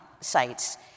sites